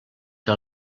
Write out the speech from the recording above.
que